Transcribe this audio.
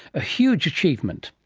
a huge achievement.